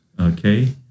Okay